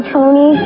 Tony